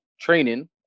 training